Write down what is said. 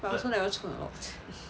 but I also never 存 a lot